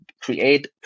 create